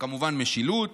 וכמובן משילות.